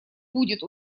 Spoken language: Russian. будет